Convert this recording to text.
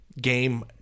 game